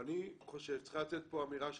ואני חושב שצריכה לצאת פה אמירה שלך.